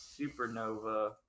supernova